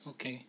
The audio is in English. okay